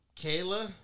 Kayla